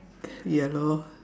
ya lor